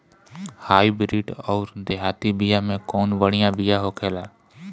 Hybrid अउर देहाती बिया मे कउन बढ़िया बिया होखेला?